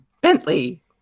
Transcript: Bentley